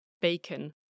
Bacon